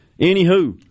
anywho